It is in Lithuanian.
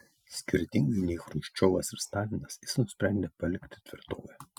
skirtingai nei chruščiovas ir stalinas jis nusprendė palikti tvirtovę